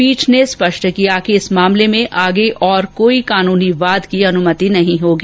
पीठ ने स्पष्ट किया कि इस मामले में आगे और कोई कानूनी वाद की अनुमति नही होगी